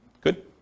Good